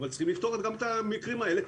אבל צריך לפתור גם את המקרים האלה.